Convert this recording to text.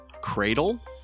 Cradle